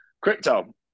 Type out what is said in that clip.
crypto